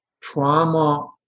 trauma